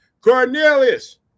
Cornelius